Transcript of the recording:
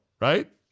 right